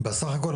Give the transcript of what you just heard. בסך הכל,